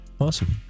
Awesome